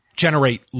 generate